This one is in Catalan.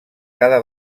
cada